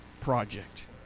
project